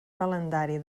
calendari